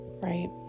Right